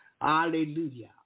hallelujah